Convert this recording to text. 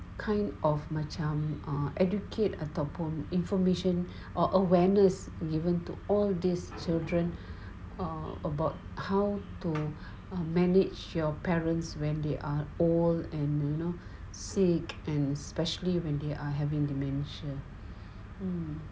kind of macam err educate ataupun information or awareness given to all these children are about how to manage your parents when they are old and sick you know and specially when they are having dementia